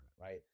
right